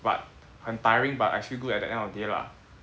but 很 tiring but I feel good at the end of the day lah